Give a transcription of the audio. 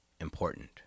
important